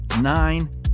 nine